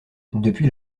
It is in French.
depuis